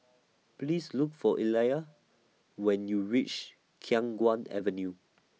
Please Look For Illya when YOU REACH Khiang Guan Avenue